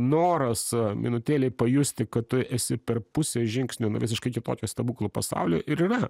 noras minutėlei pajusti kad tu esi per pusę žingsnio nuo visiškai kitokio stebuklų pasaulio ir yra